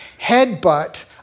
headbutt